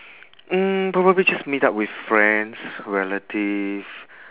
mm probably just meet up with friends relatives